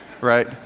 right